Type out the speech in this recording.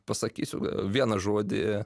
pasakysiu vieną žodį